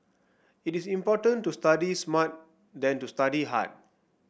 it is important to study smart than to study hard